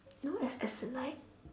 no as as in like